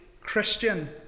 Christian